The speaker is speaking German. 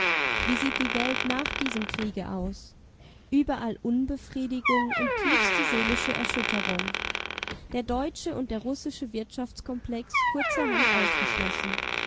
wie sieht die welt nach diesem kriege aus überall unbefriedigung und tiefste seelische erschütterung der deutsche und der russische wirtschaftskomplex kurzerhand ausgeschlossen